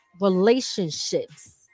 relationships